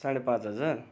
साढे पाचँ हजार